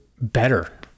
better